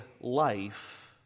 life